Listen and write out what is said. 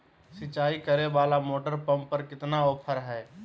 सिंचाई करे वाला मोटर पंप पर कितना ऑफर हाय?